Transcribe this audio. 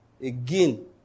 Again